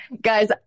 Guys